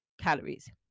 calories